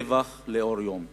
טבח לאור יום.